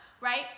Right